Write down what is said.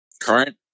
Current